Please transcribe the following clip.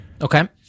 Okay